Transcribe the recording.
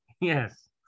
Yes